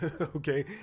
okay